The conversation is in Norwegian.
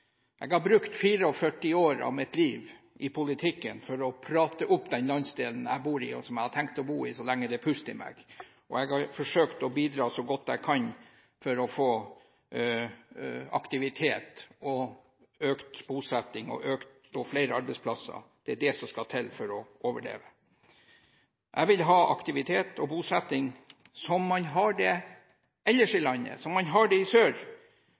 Jeg har brukt 44 år av mitt liv i politikken på å prate opp den landsdelen jeg bor i, og som jeg har tenkt å bo i så lenge det er pust i meg. Jeg har forsøkt å bidra så godt jeg kan for å få aktivitet, økt bosetting og flere arbeidsplasser. Det er det som skal til for å overleve. Jeg vil ha aktivitet og bosetting som man har det ellers i landet, som man har det i sør.